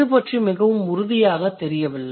இது பற்றி மிகவும் உறுதியாகத் தெரியவில்லை